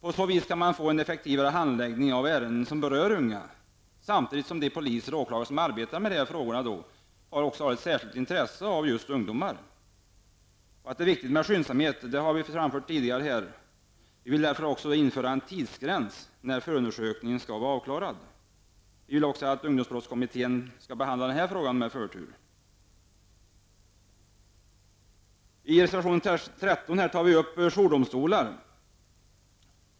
På så vis kan man få en effektivare handläggning av ärenden som berör unga, samtidigt som de poliser och åklagare som arbetar med dessa frågor har ett särskilt intresse för ungdomar. Att det är viktigt med skyndsamhet har jag tidigare framfört. Vi vill därför införa en tidsgräns när förundersökningen skall vara avklarad. Vi vill också att ungdomsbrottskommittén skall behandla denna fråga med förtur. I reservation 13 tar vi upp frågan om jourdomstolar.